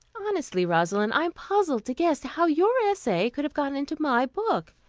honestly, rosalind, i am puzzled to guess how your essay could have got into my book.